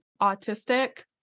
autistic